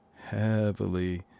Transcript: heavily